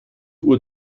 uhr